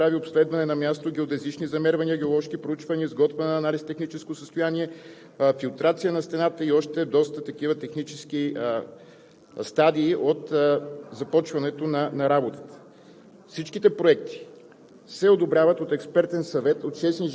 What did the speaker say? на 208 язовира. За всеки язовир преди изготвянето на технически проект се прави обследване на място, геодезични замервания, геоложки проучвания, изготвяне на анализ, техническо състояние, филтрация на стената и още доста такива технически стадии от започването на работата.